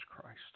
Christ